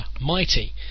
Mighty